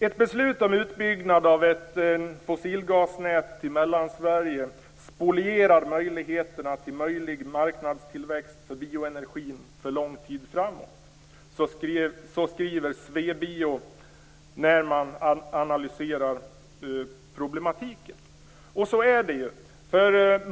Ett beslut om utbyggnad av ett fossilgasnät i Mellansverige spolierar möjligheterna till marknadstillväxt för bioenergin för lång tid framåt. Så skriver Svebio när man analyserar problematiken. Och så är det ju.